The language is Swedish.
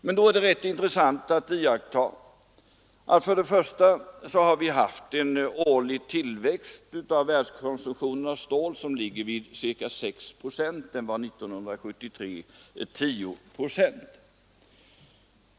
Men då är det rätt intressant att iaktta att vi har haft en årlig tillväxt av världskonsumtionen av stål på ca 6 procent — år 1973 var den 10 procent.